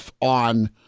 on